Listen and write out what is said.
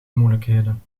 moeilijkheden